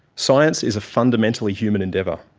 science is a fundamentally human endeavor.